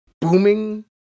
booming